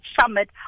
summit